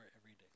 everyday